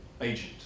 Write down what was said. agent